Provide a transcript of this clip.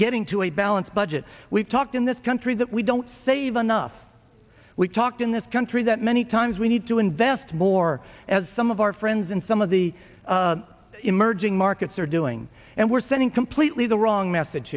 getting to a balanced budget we talked in this country that we don't save enough we talked in this country that many times we need to invest more as some of our friends in some of the emerging markets are doing and we're sending completely the wrong message